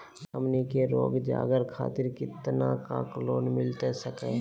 हमनी के रोगजागर खातिर कितना का लोन मिलता सके?